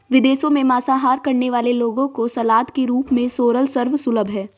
विदेशों में मांसाहार करने वाले लोगों को सलाद के रूप में सोरल सर्व सुलभ है